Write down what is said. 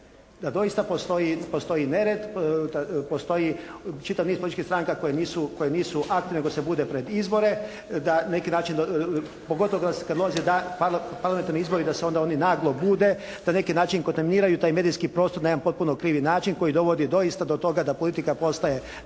Da doista postoji nered, postoji čitav niz političkih stranaka koje nisu aktivne nego se bude pred izbore. Da na neki način pogotovo kada dolaze parlamentarni izbori da se onda oni naglo bude. Na neki način kontaminiraju taj medijski prostor na jedan potpuno krivi način koji dovodi doista do toga da politika postaje, se